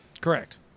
Correct